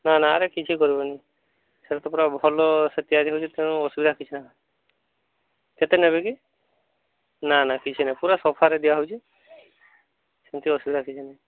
ନା ନା ଆରେ କିଛି କରିବନି ସେଟାତ ପୁରା ଭଲସେ ତିଆରି ହେଉଛି ଅସୁବିଧା କିଛି ନାହିଁ କେତେ ନେବେ କି ନା ନା କିଛି ନାହିଁ ପୁରା ସଫାରେ ଦିଆ ହେଉଛି ସେମତି ଅସୁବିଧା କିଛି ନାହିଁ